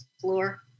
floor